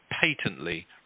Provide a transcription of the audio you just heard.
patently